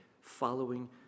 following